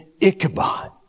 Ichabod